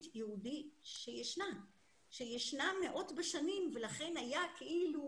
יהודית שישנה מאות בשנים ולכן היה כאילו